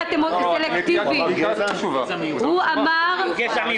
הוא אמר גזע מיוחד.